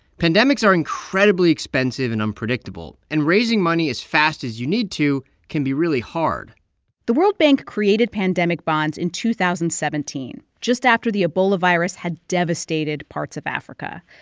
pandemics are incredibly expensive and unpredictable, and raising money as fast as you need to can be really hard the world bank created pandemic bonds in two thousand and seventeen just after the ebola virus had devastated parts of africa.